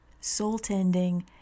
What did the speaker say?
soul-tending